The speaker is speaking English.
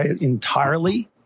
entirely